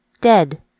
Dead